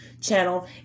channel